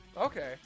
Okay